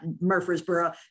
Murfreesboro